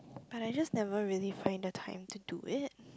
but I just never really find the time to do it